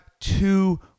two